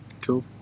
Cool